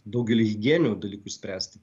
daugelį higieninių dalykų išspręsti